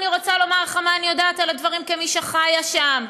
אני רוצה לומר לך מה אני יודעת על הדברים כמי שחיה שם: